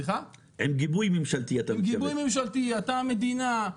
גיבוי ממשלתי, אתה המדינה,